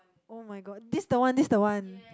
[oh]-my-god this the one this the one